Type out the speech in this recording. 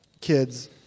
kids